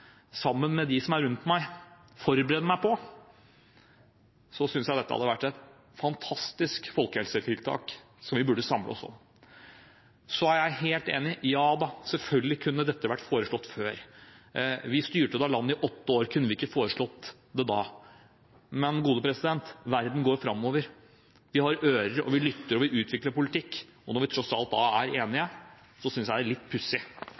sammen med de som er rundt dem, synes jeg hadde vært et fantastisk folkehelsetiltak som vi burde samle oss om. Jeg er helt enig i at dette selvfølgelig kunne vært foreslått før. Vi styrte da landet i åtte år, kunne vi ikke foreslått det den gang? Men verden går framover. Vi har ører, vi lytter, og vi utvikler politikk. Når vi tross alt alle egentlig er enige om forslaget, synes jeg det er litt pussig